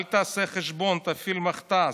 אל תעשה חשבון, תפעיל מכת"ז.